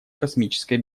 космической